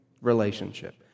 relationship